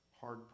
hard